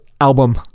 album